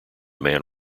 man